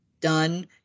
done